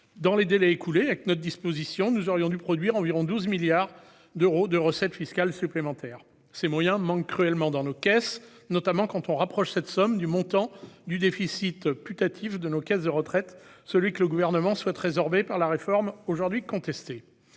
Dans les délais écoulés, avec notre dispositif, nous aurions dû produire environ 12 milliards d'euros de recettes fiscales supplémentaires. Ces moyens manquent cruellement dans nos caisses, notamment quand on rapproche cette somme du montant du déficit putatif de nos caisses de retraites, celui que le Gouvernement souhaite résorber par la réforme aujourd'hui contestée.